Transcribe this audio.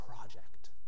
project